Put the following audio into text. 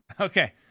Okay